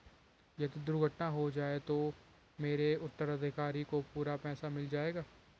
यदि दुर्घटना हो जाये तो मेरे उत्तराधिकारी को पूरा पैसा मिल जाएगा?